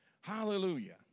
Hallelujah